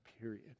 period